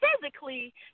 physically